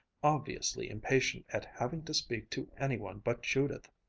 obviously impatient at having to speak to any one but judith,